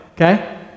Okay